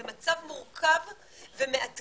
זה מצב מורכב ומאתגר.